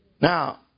Now